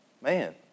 man